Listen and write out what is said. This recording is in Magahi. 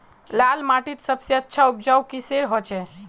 लाल माटित सबसे अच्छा उपजाऊ किसेर होचए?